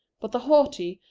but the haughty,